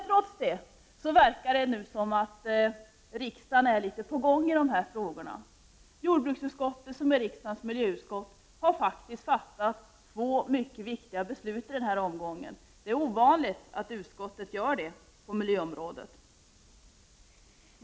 Trots allt verkar det nu som att riksdagen är litet ”på gång” i dessa frågor. Jordbruksutskottet, som är riksdagens miljöutskott, har faktiskt kommit fram till två mycket viktiga slutsatser i denna omgång. Det är ovanligt att utskottet gör det på miljöområdet.